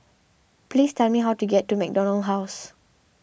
please tell me how to get to MacDonald House